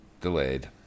delayed